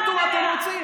אז תחליטו מה אתם רוצים.